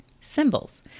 Symbols